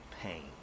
pain